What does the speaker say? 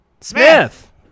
Smith